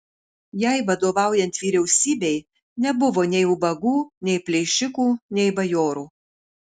jai vadovaujant vyriausybei nebuvo nei ubagų nei plėšikų nei bajorų